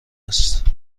است